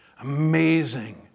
amazing